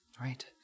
Right